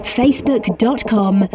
facebook.com